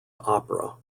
opera